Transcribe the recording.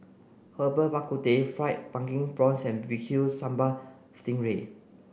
Herbal Bak Ku Teh fried pumpkin prawns and B B Q Sambal Sting Ray